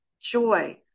joy